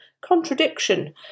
contradiction